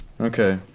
Okay